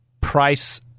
price